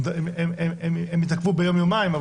הם התעכבו ביום-יומיים,